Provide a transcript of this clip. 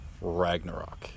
Ragnarok